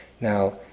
Now